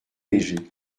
léger